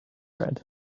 red